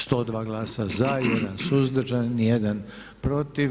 102 glasa za, 1 suzdržan, nijedan protiv.